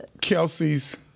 Kelsey's